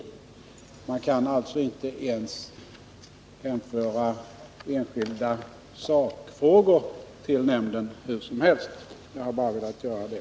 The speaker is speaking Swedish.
Man kan alltså inte ens hänföra enskilda sakfrågor till nämnden. Jag har bara velat göra det klarläggandet.